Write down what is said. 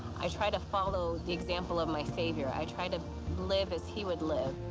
i try to follow the example of my savior, i tried to live as he would live.